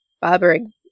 barbering